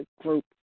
group